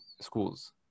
schools